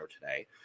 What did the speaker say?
today